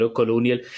colonial